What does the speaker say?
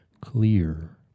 clear